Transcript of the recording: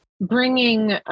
bringing